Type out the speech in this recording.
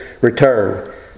return